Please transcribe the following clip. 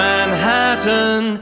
Manhattan